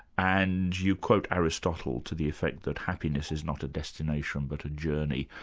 and you quote aristotle to the effect that happiness is not a destination but a journey.